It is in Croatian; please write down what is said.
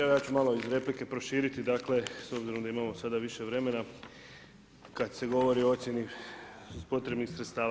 Evo ja ću malo iz replike proširiti dakle s obzirom da imamo sada više vremena kada se govori o ocjeni potrebnih sredstava.